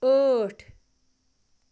ٲٹھ